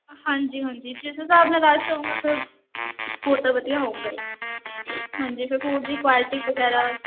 ਹਾਂਜੀ ਹਾਂਜੀ ਜਿਸ ਹਿਸਾਬ ਨਾਲ ਰਸ਼ ਹੋਵੇਗਾ ਫਿਰ ਹੋਰ ਤਾਂ ਵਧੀਆ ਹੋਵੇਗਾ ਜੀ ਫਿਰ ਫੂਡ ਦੀ ਕੁਆਲਿਟੀ ਵਗੈਰਾ